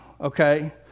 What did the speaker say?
okay